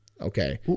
Okay